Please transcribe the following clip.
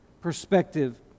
perspective